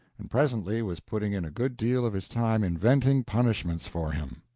and presently was putting in a good deal of his time inventing punishments for him.